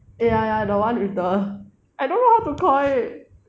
ya ya the [one] with the I don't know how to call it